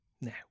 Now